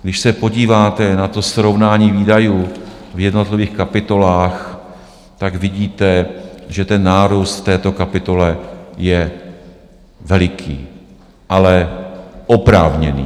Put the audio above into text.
Když se podíváte na srovnání výdajů v jednotlivých kapitolách, vidíte, že nárůst v této kapitole je veliký, ale oprávněný.